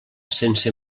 sense